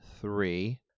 three